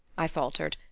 i faltered,